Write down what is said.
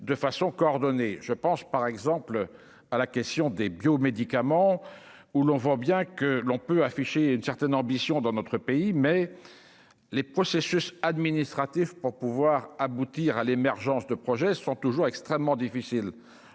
de façon coordonnée, je pense par exemple à la question des bio-médicaments où l'on voit bien que l'on peut afficher une certaine ambition dans notre pays, mais les processus administratifs pour pouvoir aboutir à l'émergence de projets sont toujours extrêmement difficile,